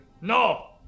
No